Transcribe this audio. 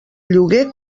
lloguer